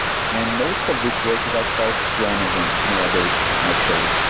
and most of this work is outsourced to amazon nowadays actually.